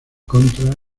contra